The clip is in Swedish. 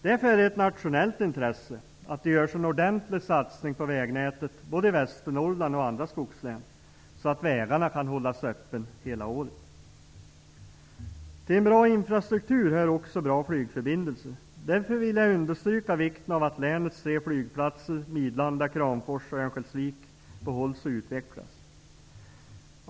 Därför är det ett nationellt intresse att det görs en ordentlig satsning på vägnätet både i Västernorrland och i andra skogslän så att vägarna kan hållas öppna hela året. Till en bra infrastruktur hör också bra flygförbindelser. Därför vill jag understryka vikten av att länets tre flygplatser, Midlanda, Kramfors och Örnsköldsvik, behålls och utvecklas.